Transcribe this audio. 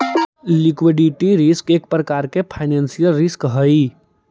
liquidity risk एक प्रकार के फाइनेंशियल रिस्क हई